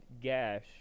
gash